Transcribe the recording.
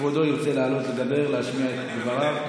כבודו ירצה לעלות לדבר, להשמיע את דבריו?